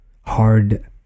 hard